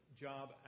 job